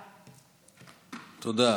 תודה.